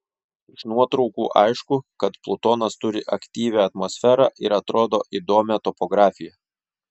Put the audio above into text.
iš nuotraukų aišku kad plutonas turi aktyvią atmosferą ir atrodo įdomią topografiją